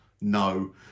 No